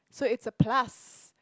so it's a plus